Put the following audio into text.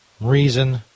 reason